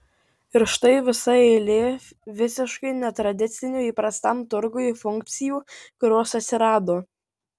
ir štai visa eilė visiškai netradicinių įprastam turgui funkcijų kurios atsirado